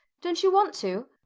don't you want to?